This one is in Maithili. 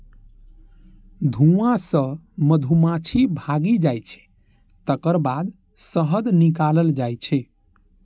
धुआं सं मधुमाछी भागि जाइ छै, तकर बाद शहद निकालल जाइ छै